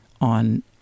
on